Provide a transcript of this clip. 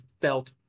felt